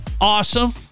awesome